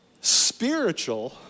spiritual